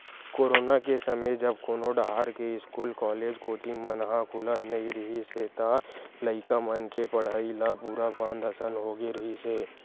corona के समे जब कोनो डाहर के इस्कूल, कॉलेज, कोचिंग मन खुलत नइ रिहिस हे त लइका मन के पड़हई ल पूरा बंद असन होगे रिहिस हे